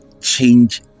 change